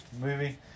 movie